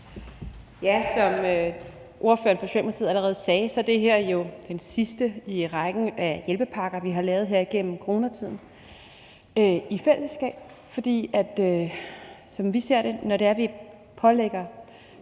Tak. Som ordføreren for Socialdemokratiet allerede sagde, er det her den sidste i rækken af hjælpepakker, vi har lavet igennem coronatiden i fællesskab. For som vi ser på det, er det sådan, at når